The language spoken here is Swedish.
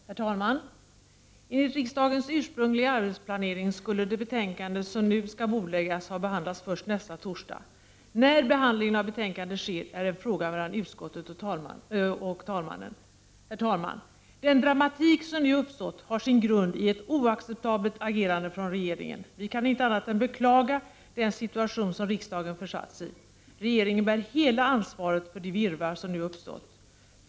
Herr talman! Enligt riksdagens ursprungliga arbetsplanering skulle det betänkande som nu bordläggs ha behandlats först nästa torsdag. När behandlingen av betänkandet sker är en fråga mellan utskottet och talmannen. Herr talman! Den dramatik som nu uppstått har sin grund i ett oacceptabelt agerande från regeringen. Vi kan inte annat än beklaga den situation som riksdagen försatts i. Regeringen bär hela ansvaret för det virrvarr som nu har uppstått.